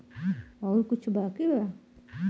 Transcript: और कुछ बाकी बा?